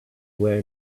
were